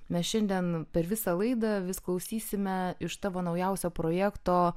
mes šiandien per visą laidą vis klausysime iš tavo naujausio projekto